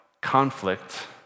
conflict